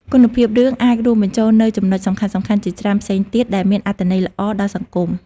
គុណភាពរឿងអាចរួមបញ្ចូលនូវចំណុចសំខាន់ៗជាច្រើនផ្សេងទៀត ដែលមានអត្តន័យល្អដល់សង្គម។